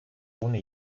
ohne